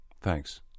Thanks